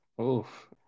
Oof